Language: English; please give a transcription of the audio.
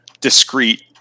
discrete